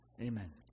Amen